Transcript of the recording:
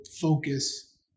focus